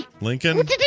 Lincoln